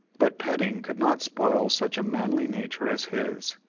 but petting could not spoil such a manly nature as his.